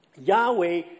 Yahweh